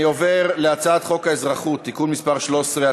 אני עובר להצעת חוק האזרחות (תיקון מס' 13),